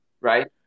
right